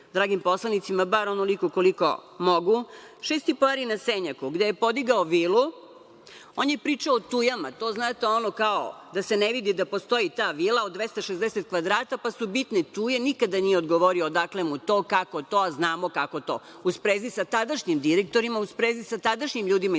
dragim poslanicima, bar onoliko koliko mogu, 6,5 ari na Senjaku, gde je podigao vilu, on je pričao o tujama, to je znate, ono kao da se ne vidi da postoji ta vila od 260 kvadrata, pa su bitne tuje, nikada nije odgovorio odakle mu to, kako to, a znamo kako to. U sprezi sa tadašnjim direktorima, u sprezi sa tadašnjim ljudima iz